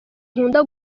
nkunda